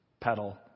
pedal